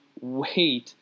wait